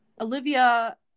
Olivia